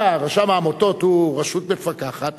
אם רשם העמותות הוא רשות מפקחת,